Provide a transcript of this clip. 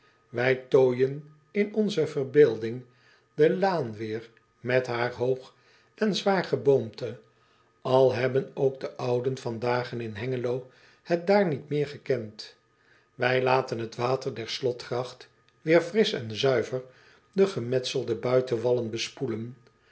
ij tooijen in onze verbeelding de laan weêr met haar hoog en zwaar geboomte al hebben ook de ouden van dagen in engelo het daar niet meer gekend ij laten het water der slotgracht weer frisch en zuiver de gemetselde buitenwallen bespoelen